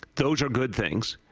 those are good things.